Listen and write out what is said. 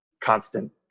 constant